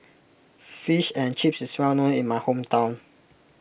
Fish and Chips is well known in my hometown